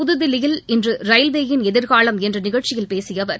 புத்தில்லியில் இன்று ரயில்வேயின் எதிர்காலம் என்ற நிகழ்ச்சியில பேசிய அவர்